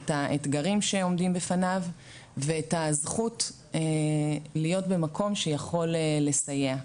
את האתגרים שעומדים בפניו ואת הזכות להיות במקום שיכול לסייע.